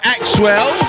Axwell